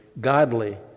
godly